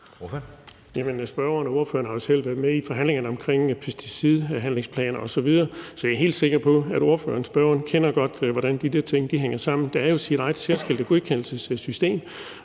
spørgeren har jo selv været med i forhandlingerne om pesticidhandlingsplaner osv., så jeg er helt sikker på, at spørgeren godt kender til, hvordan de der ting hænger sammen. Det har jo sit eget særskilte godkendelsessystem,